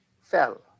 fell